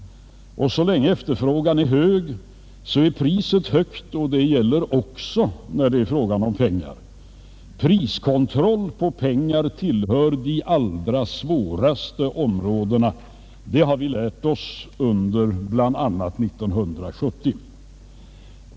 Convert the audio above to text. Så länge efterfrågan är hög är priset högt — det gäller också i fråga om pengar. Priskontroll på pengar tillhör de allra svåraste områdena; det har vi lärt oss under bl.a. 1970.